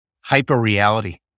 hyper-reality